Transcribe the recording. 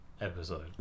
episode